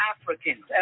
Africans